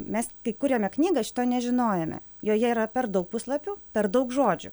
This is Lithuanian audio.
mes kurėme knygą šito nežinojome joje yra per daug puslapių per daug žodžių